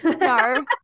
no